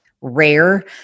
rare